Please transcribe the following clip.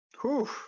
Whew